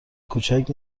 کوچک